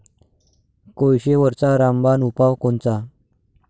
कोळशीवरचा रामबान उपाव कोनचा?